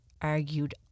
argued